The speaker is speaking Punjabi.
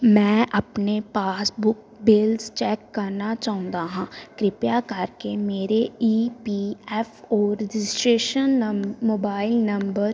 ਮੈਂ ਆਪਣੇ ਪਾਸਬੁੱਕ ਬਿੱਲਸ ਚੈੱਕ ਕਰਨਾ ਚਾਹੁੰਦਾ ਹਾਂ ਕਿਰਪਾ ਕਰਕੇ ਮੇਰੇ E P F O registration number mobile number